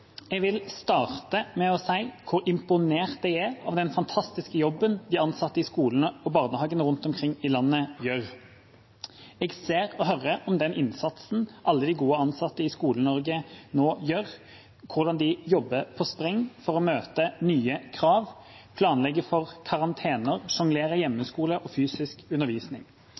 Jeg vil starte med å si hvor imponert jeg er over den fantastiske jobben de ansatte i skolene og barnehagene rundt omkring i landet gjør. Jeg ser og hører om den innsatsen alle de gode ansatte i Skole-Norge nå gjør – hvordan de jobber på spreng for å møte nye krav, planlegge for karantener og sjonglere hjemmeskole og fysisk undervisning.